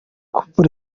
coup